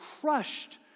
crushed